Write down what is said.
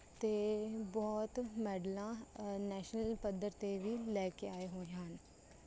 ਅਤੇ ਬਹੁਤ ਮੈਡਲਾਂ ਨੈਸ਼ਨਲ ਪੱਧਰ 'ਤੇ ਵੀ ਲੈ ਕੇ ਆਏ ਹੋਏ ਹਨ